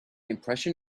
impression